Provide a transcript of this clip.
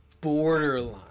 borderline